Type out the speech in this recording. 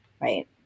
Right